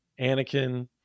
Anakin